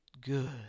Good